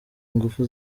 ingufu